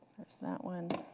there's that one.